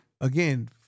again